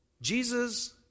Jesus